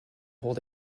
hold